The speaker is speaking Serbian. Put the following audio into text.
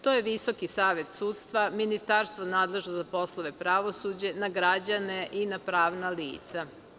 To je Visoki savet sudstva, Ministarstvo nadležno za poslove pravosuđa, na građane i na pravna lica.